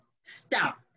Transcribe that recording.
stop